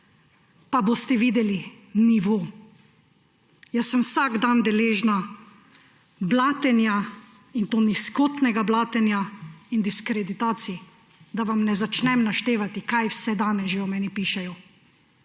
pa boste videli nivo. Jaz sem vsak dan deležna blatenja, in to nizkotnega blatenja in diskreditacij, da vam ne začnem naštevati, kaj vse danes že o meni pišejo